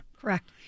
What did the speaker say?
Correct